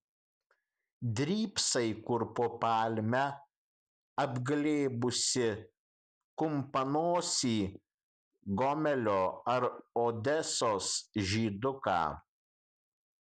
drybsai kur po palme apglėbusi kumpanosį gomelio ar odesos žyduką